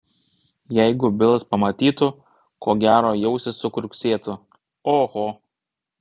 jeigu bilas pamatytų ko gero į ausį sukriuksėtų oho